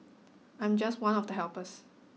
I'm just one of the helpers